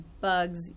bugs